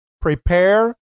prepare